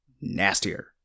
Nastier